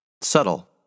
Subtle